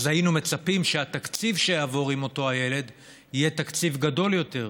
אז היינו מצפים שהתקציב שיעבור עם אותו הילד יהיה תקציב גדול יותר.